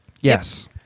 Yes